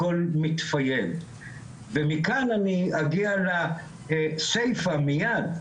הכול מתפייד ומכאן אני אגיע לסייפה מייד,